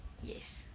yes